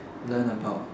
learn about